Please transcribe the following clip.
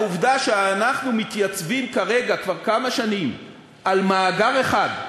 העובדה שאנחנו מתייצבים כרגע כבר כמה שנים על מאגר אחד,